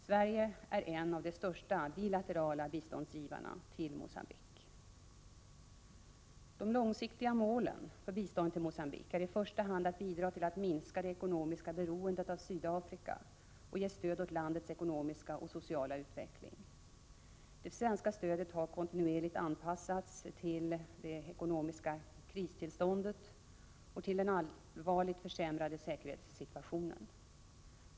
Sverige är en av de största givarna av bilateralt bistånd till Mogambique. De långsiktiga målen för biståndet till Mogambique är i första hand att bidra till att minska det ekonomiska beroendet av Sydafrika och att ge stöd åt landets ekonomiska och sociala utveckling. Det svenska stödet har kontinuerligt anpassats till det ekonomiska kristillståndet och till den allvarligt försämrade säkerhetssituationen.